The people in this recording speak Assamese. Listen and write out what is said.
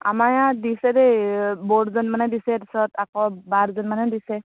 আমাৰ ইয়াত দিছে দেই বৌ দুজনীমানে দিছে তাৰপাছত আকৌ বা দুজনীমানে দিছে